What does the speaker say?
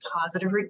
positive